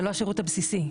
זה לא השירות הבסיסי.